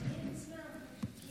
לוועדת הבריאות נתקבלה.